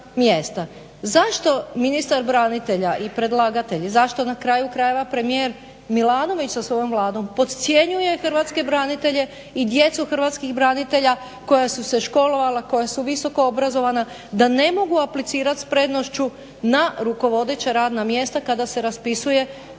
Zašto ministar branitelja i predlagatelj, zašto na kraju krajeva premijer Milanović sa svojom Vladom podcjenjuje hrvatske branitelje i djecu hrvatskih branitelja koja su se školovala, koja su visoko obrazovana da ne mogu aplicirat s prednošću na rukovodeća radna mjesta kada se raspisuje